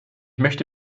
möchte